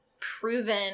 proven